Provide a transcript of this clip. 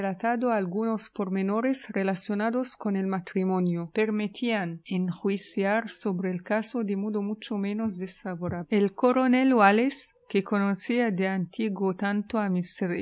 algunos pormenores relacionados con el matrimonio que permitían enjuiciar sobre el caso de modo mucho menos desfavorable el coronel wallis que conocía de antiguo